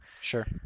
sure